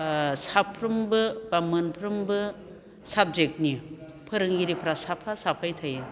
साफ्रोमबो बा मोनफ्रोमबो साबजेक्टनि फोरोंगिरिफ्रा साफा साफायै थायो